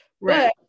Right